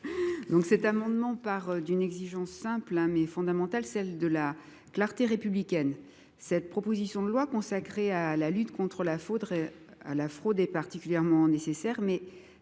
de cet amendement part d’une exigence simple, mais fondamentale, celle de la clarté républicaine. Cette proposition de loi consacrée à la lutte contre la fraude est particulièrement nécessaire,